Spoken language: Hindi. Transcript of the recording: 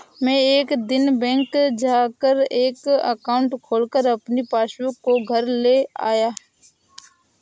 मै एक दिन बैंक जा कर एक एकाउंट खोलकर अपनी पासबुक को घर ले आया